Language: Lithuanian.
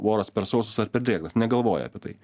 oras per sausas ar per drėgnas negalvoja apie tai